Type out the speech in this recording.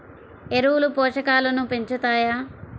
ఎరువులు పోషకాలను పెంచుతాయా?